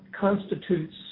constitutes